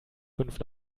fünf